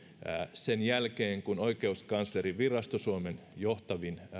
sen jälkeen kun oikeuskanslerinvirasto suomen johtavin